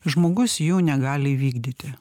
žmogus jų negali įvykdyti